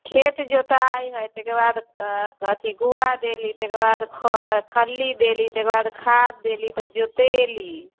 खेत जोताइ हइ तकर बाद कथी गुआ देली तकर बाद खली देली तकर बाद खाद देली तऽ जोतयली